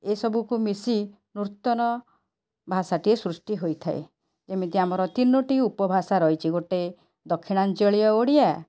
ଏସବୁକୁ ମିଶି ନୂତନ ଭାଷାଟିଏ ସୃଷ୍ଟି ହୋଇଥାଏ ଏମିତି ଆମର ତିନୋଟି ଉପଭାଷା ରହିଛି ଗୋଟେ ଦକ୍ଷିଣାଞ୍ଚଳୀୟ ଓଡ଼ିଆ